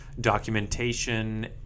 documentation